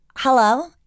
Hello